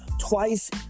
twice